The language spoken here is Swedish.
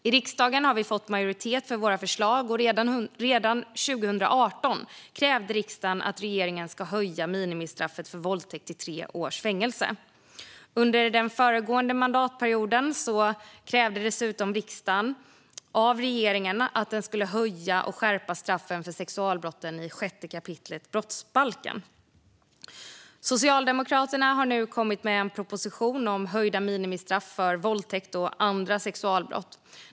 I riksdagen har vi fått majoritet för våra förslag, och redan 2018 krävde riksdagen att regeringen skulle höja minimistraffet för våldtäkt till tre års fängelse. Under den föregående mandatperioden krävde dessutom riksdagen av regeringen att man skulle höja och skärpa straffen för sexualbrotten i 6 kap. brottsbalken. Socialdemokraterna har nu kommit med en proposition om höjda minimistraff för våldtäkt och andra sexualbrott.